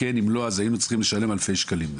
אם לא, היינו צריכים לשלם אלפי שקלים.